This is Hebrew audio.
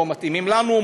לא מתאימים לנו?